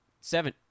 seven